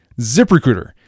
ZipRecruiter